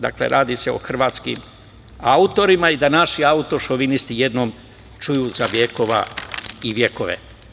Dakle, radi se o hrvatskim autorima i da naši autošovinisti jednom čuju za vekova i vekove.